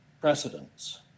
precedents